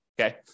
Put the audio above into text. Okay